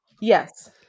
Yes